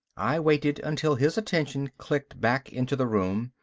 i waited until his attention clicked back into the room,